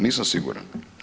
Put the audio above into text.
Nisam siguran.